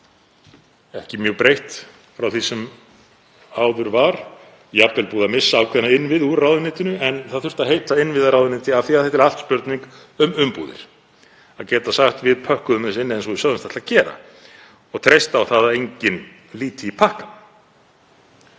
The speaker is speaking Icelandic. ekki mjög breytt frá því sem áður var, jafnvel búið að missa ákveðna innviði úr ráðuneytinu en það þurfti að heita innviðaráðuneyti af því að þetta er allt spurning um umbúðir, að geta sagt: Við pökkuðum þessu inn eins og við sögðumst ætla að gera. Svo er treyst á það að enginn líti í pakkann.